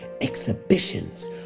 exhibitions